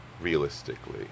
realistically